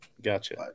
Gotcha